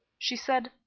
she said,